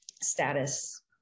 status